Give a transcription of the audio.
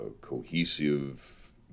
cohesive